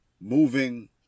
Moving